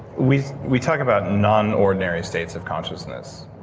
we we talk about non-ordinary states of consciousness,